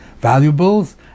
valuables